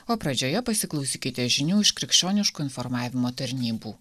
o pradžioje pasiklausykite žinių iš krikščioniškų informavimo tarnybų